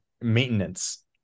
maintenance